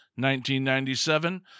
1997